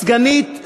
סגנית,